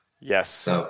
Yes